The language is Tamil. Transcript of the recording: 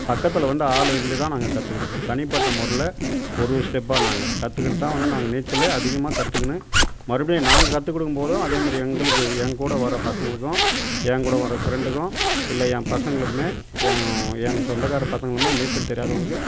பக்கத்தில் வந்து ஆள் இருந்துதான் நாங்கள் கற்றுக் கொடுப்போம் தனிப்பட்ட முறைல ஒரு ஒரு ஸ்டெப்பாக நாங்கள் கற்றுக்கினு தான் நாங்கள் நீச்சலே அதிகமாக கற்றுக்கிணு மறுபடியும் நாங்கள் கற்றுக் கொடுக்கும் போதும் அதேமாதிரி எங்களுக்கு என் கூட வர பசங்களுக்கும் என் கூட வர ஃப்ரெண்டுக்கும் இல்லை என் பசங்களுமே என் எங்கள் சொந்தக்கார பசங்களுமே நீச்சல் தெரியாதவங்களுக்கு